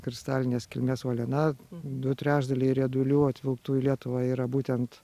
kristalinės kilmės uoliena du trečdaliai riedulių atvilktų į lietuvą yra būtent